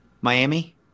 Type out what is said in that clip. Miami